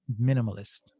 minimalist